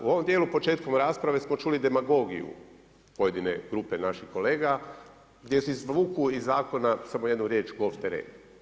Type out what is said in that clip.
U ovom dijelu početkom rasprave smo čuli demagogiju pojedine grupe naših kolega gdje si izvuku iz zakona samo jednu riječ golf teren.